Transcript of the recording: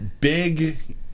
big